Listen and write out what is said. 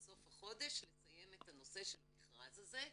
סוף החודש לסיים את נושא המכרז הזה,